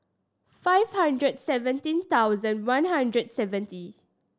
five hundred seventeen thousand one hundred seven